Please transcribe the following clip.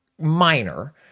minor